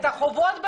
זה מאוד חשוב,